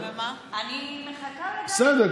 אני מחכה לדעת, בסדר.